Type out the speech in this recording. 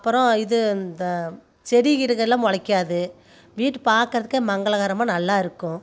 அப்புறம் இது அந்த செடிகடிங்களாம் முளைக்காது வீட்டு பார்க்குறதுக்கே மங்களகரமாக நல்லா இருக்கும்